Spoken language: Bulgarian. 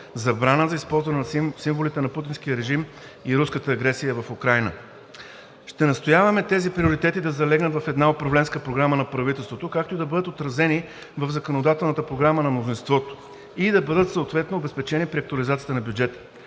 забрана за използване на символите на Путиновия режим и руската агресия в Украйна. Ще настояваме тези приоритети да залегнат в една управленска програма на правителството, както и да бъдат отразени в законодателната програма на мнозинството и да бъдат съответно обезпечени при актуализацията на бюджета.